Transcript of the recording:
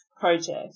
project